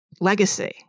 legacy